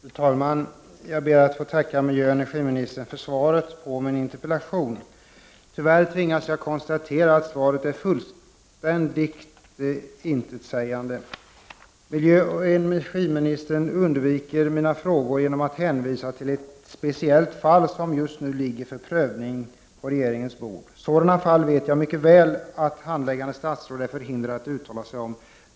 Fru talman! Jag ber att få tacka miljöoch energiministern för svaret på min interpellation. Tyvärr tvingas jag konstatera att svaret är fullständigt intetsägande. Miljöoch energiministern undviker mina frågor genom att hänvisa till ett speciellt fall, som just nu ligger för prövning på regeringens bord. Jag vet mycket väl att handläggande statsråd är förhindrad att uttala sig om sådana fall.